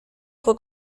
fue